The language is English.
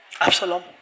Absalom